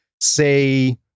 say